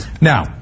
Now